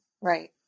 right